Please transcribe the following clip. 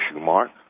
mark